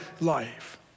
life